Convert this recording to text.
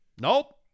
nope